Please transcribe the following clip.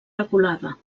reculada